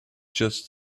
just